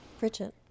Richard